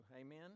Amen